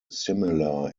similar